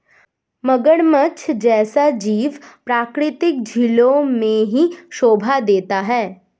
मगरमच्छ जैसा जीव प्राकृतिक झीलों में ही शोभा देता है